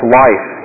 life